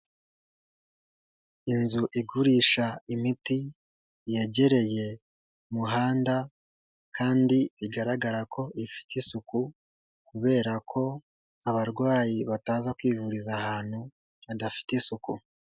Inzu igurisha imiti, yegereye umuhanda kandi bigaragara ko ifite isuku kubera ko abarwayi bataza kwivuriza ahantu hadafite isuku.